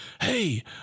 hey